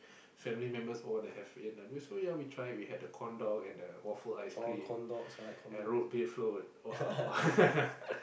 family members all wana have A-and-W so ya we try we had a corn dog and a waffle ice cream and root bear float !wah!